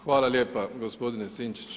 Hvala lijepa gospodine Sinčić.